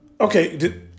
Okay